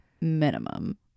minimum